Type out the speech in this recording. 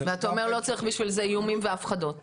אתה אומר שלא צריך בשביל זה איומים והפחדות.